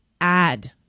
add